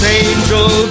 angel